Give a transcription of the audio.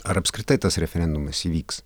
ar apskritai tas referendumas įvyks